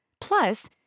Plus